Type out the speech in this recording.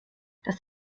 das